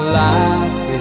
life